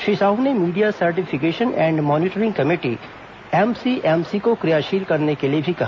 श्री साहू ने media certification and monitoring committee MCMC को क्रियाषील करने के लिए भी कहा